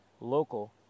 local